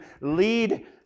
lead